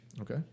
Okay